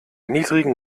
niedrigen